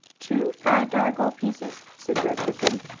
two five-dollar gold pieces? said joe quickly.